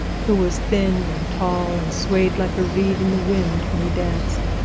who was thin and tall and swayed like a reed in the wind when he danced,